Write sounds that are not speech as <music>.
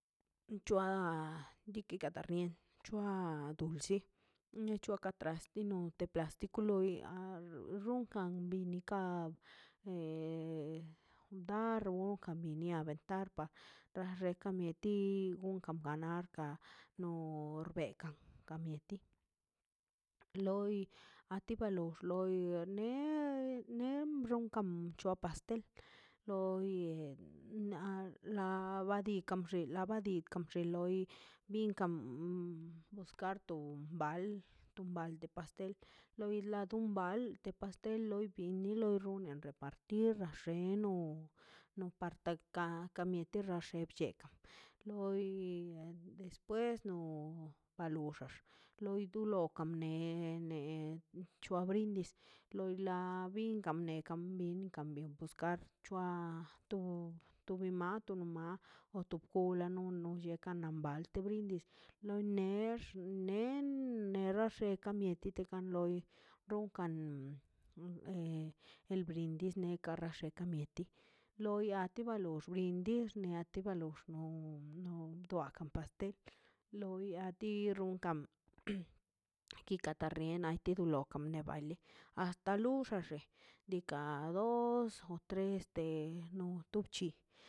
C̱hoa diikaꞌ ka rien c̱hoa dulsi na chuaka trasti no de platiko loi kian runkan bini kab ee baru ka binnia niade tarka na xe ka mieti gon kampaniar ka nor bekan ka mieti loi a ti ba lox loi nee ne bxon c̱hoa pastel lo ye na la bidinka bxe la di kan bxego loi binkan buskarto bal to baldo pastel loi da dum bal te pastel loi bin ni lo rungan repartir ti na xeno no par te kian kami mieti kaxe xa bchekan loi despues no paluxax loi dula kamnee ne c̱hoa brindis loi la binka bniekan binkan biekan buscar to bi mal to bi mak o to kola no no chekan na balte brindis no nex nen no nex to ka mieti to kan loi el brindis ne ka resheka mieti loia anti ba lox din anto xia loi bexo nun paka pastel loi a ti ron kam <hesitation> tata ta ki tu lokan lo baile hasta luxaxe diikaꞌ dos o tres de nupchi